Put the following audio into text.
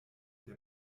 der